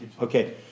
okay